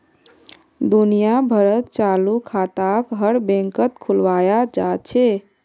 दुनिया भरत चालू खाताक हर बैंकत खुलवाया जा छे